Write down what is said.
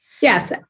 yes